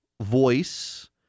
voice